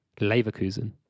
Leverkusen